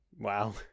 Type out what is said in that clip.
Wow